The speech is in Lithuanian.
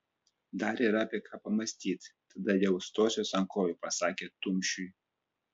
dar yra apie ką pamąstyt tada jau stosiuos ant kojų pasakė tumšiui